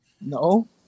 No